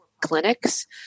clinics